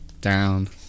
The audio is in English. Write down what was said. Down